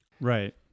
right